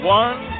one